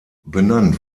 benannt